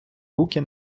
руки